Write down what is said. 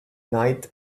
night